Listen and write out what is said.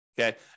Okay